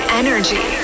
energy